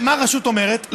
מה הרשות אומרת?